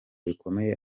bikomeye